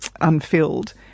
unfilled